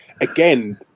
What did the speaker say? Again